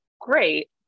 great